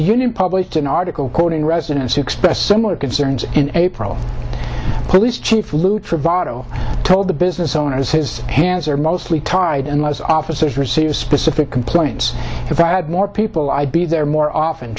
union published an article quoting residents who expressed similar concerns in april police chief lute for votto told the business owners his hands are mostly tied unless officers receive specific complaints if i had more people i'd be there more often